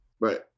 Right